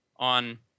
on